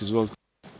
Izvolite.